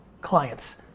clients